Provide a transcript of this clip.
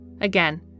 Again